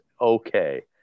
okay